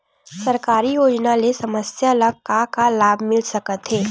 सरकारी योजना ले समस्या ल का का लाभ मिल सकते?